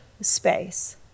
space